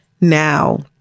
now